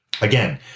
again